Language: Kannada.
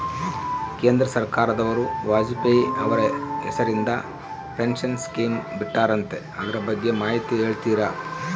ಕೇಂದ್ರ ಸರ್ಕಾರದವರು ವಾಜಪೇಯಿ ಅವರ ಹೆಸರಿಂದ ಪೆನ್ಶನ್ ಸ್ಕೇಮ್ ಬಿಟ್ಟಾರಂತೆ ಅದರ ಬಗ್ಗೆ ಮಾಹಿತಿ ಹೇಳ್ತೇರಾ?